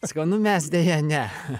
sakau nu mes deja ne